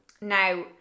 now